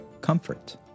comfort